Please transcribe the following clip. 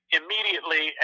immediately